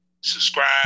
subscribe